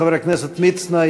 חבר הכנסת מצנע,